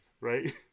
Right